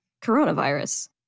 coronavirus